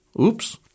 Oops